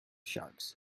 sharks